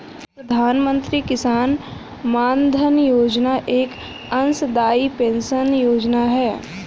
प्रधानमंत्री किसान मानधन योजना एक अंशदाई पेंशन योजना है